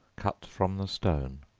cut from the stone